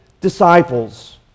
disciples